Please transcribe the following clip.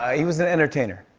he was an entertainer.